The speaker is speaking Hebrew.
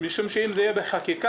משום שאם זה יהיה בחקיקה,